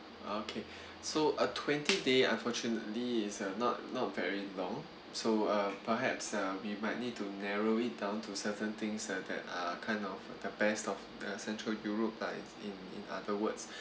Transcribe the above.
okay so uh twenty day unfortunately is not not very long so perhaps uh we might need to narrow it down to seven things that are kind of the best of the central europe like in in other words